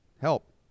help